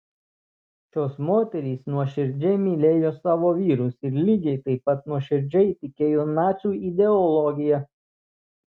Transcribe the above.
šios moterys nuoširdžiai mylėjo savo vyrus ir lygiai taip pat nuoširdžiai tikėjo nacių ideologija